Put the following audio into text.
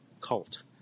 cult